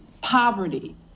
poverty